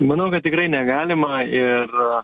manau kad tikrai negalima ir